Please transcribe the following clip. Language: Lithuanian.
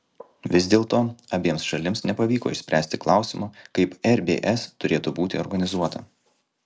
vis dėlto abiems šalims nepavyko išspręsti klausimo kaip rbs turėtų būti organizuota